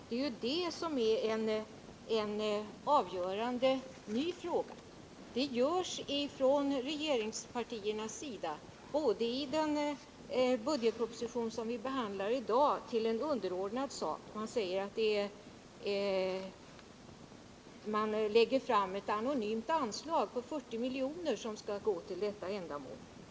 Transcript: Det är det som är en avgörande ny fråga. Men i budgetpropositionen, som vi behandlar i dag, görs den av regeringspartierna till något underordnat. Man föreslår ett anonymt anslag på 40 milj.kr. som skall gå till detta ändamål.